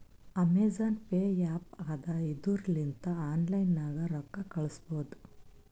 Amazon pay app ಅದಾ ಇದುರ್ ಲಿಂತ ಆನ್ಲೈನ್ ನಾಗೆ ರೊಕ್ಕಾ ಕಳುಸ್ಬೋದ